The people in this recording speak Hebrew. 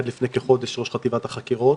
עד לפני כחודש ראש חטיבת החקירות.